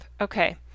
Okay